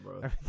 bro